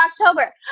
October